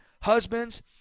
husbands